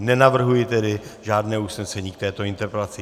Nenavrhuji tedy žádné usnesení k této interpelaci.